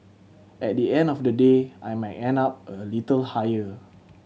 at the end of the day I might end up a little higher